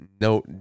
No